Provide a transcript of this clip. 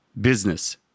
business